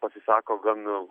pasisako gan